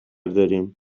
داریم